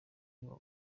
wowe